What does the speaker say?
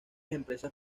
empresas